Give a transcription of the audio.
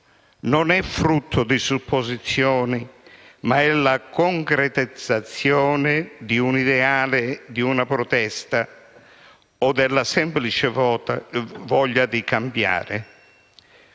non è frutto di supposizioni, ma è la concretizzazione di un'ideale, di una protesta o della semplice voglia di cambiare.